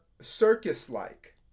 circus-like